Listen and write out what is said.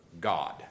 God